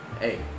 hey